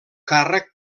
càrrec